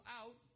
out